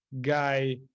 guy